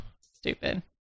Stupid